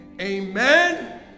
amen